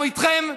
אנחנו איתכם.